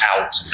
out